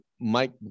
Mike